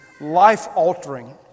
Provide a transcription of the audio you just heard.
life-altering